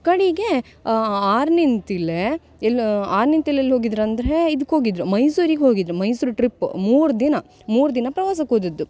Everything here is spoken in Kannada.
ಕಡೆಗೆ ಆರನಿಂತಿಲ್ಲೆ ಎಲ್ಲೂ ಆರ್ನಿಂತಿಲ್ಲಲ್ಲಿ ಹೋಗಿದ್ರು ಅಂದರೆ ಇದ್ಕೆ ಹೋಗಿದ್ರು ಮೈಸೂರಿಗೆ ಹೋಗಿದ್ರು ಮೈಸೂರು ಟ್ರಿಪ್ ಮೂರು ದಿನ ಮೂರು ದಿನ ಪ್ರವಾಸಕ್ಕೆ ಹೋದದ್ದು